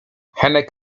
henek